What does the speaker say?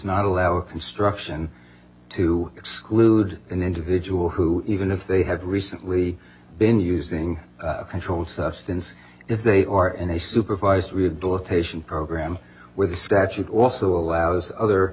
not allow or instruction to exclude an individual who even if they had recently been using a controlled substance if they are in a supervised rehabilitation program where the statute also allows other